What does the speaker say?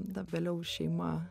na vėliau šeima